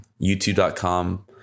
youtube.com